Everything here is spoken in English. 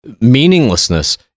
meaninglessness